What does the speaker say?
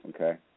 Okay